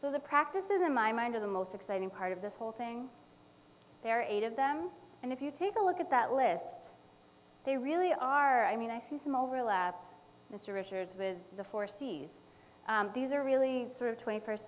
so the practices in my mind are the most exciting part of this whole thing they're eight of them and if you take a look at that list they really are i mean i see some overlap mr richards with the four c's these are really sort of twenty first